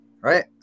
Right